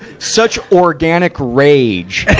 such organic rage, that